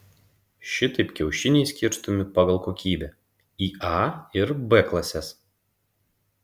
šitaip kiaušiniai skirstomi pagal kokybę į a ir b klases